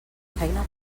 feina